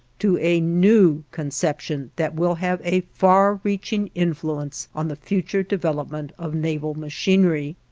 to a new conception that will have a far-reaching influence on the future development of naval machinery.